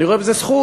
אני רואה בזה זכות.